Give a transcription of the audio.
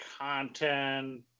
content